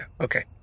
Okay